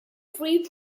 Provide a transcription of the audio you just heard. free